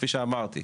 כפי שאמרתי.